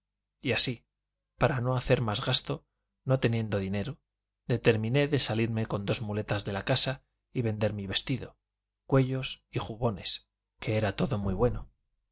y así para no hacer más gasto no teniendo dinero determiné de salirme con dos muletas de la casa y vender mi vestido cuellos y jubones que era todo muy bueno